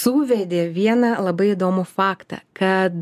suvedė vieną labai įdomų faktą kad